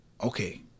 okay